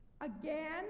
Again